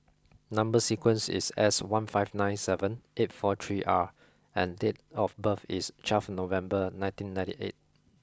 number sequence is S one five nine seven eight four three R and date of birth is twelve November nineteen ninety eight